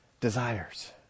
desires